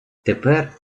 тепер